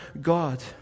God